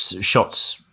shots